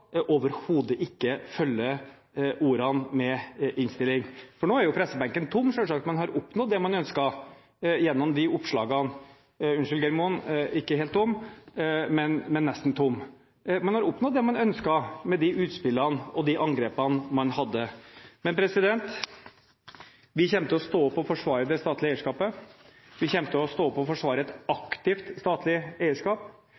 overhodet ikke følger opp ordene i innstillingen. For nå er jo selvsagt pressebenken tom, nå som man har oppnådd det man ønsker gjennom disse oppslagene – unnskyld Geir Moen: Pressebenken er ikke helt tom, men nesten tom. Man har oppnådd det man ønsket med de utspillene og de angrepene man kom med. Men vi kommer til å stå opp og forsvare det statlige eierskapet, vi kommer til å stå opp og forsvare et